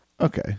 okay